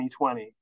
2020